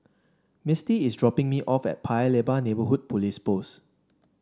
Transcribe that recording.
Misty is dropping me off at Paya Lebar Neighbourhood Police Post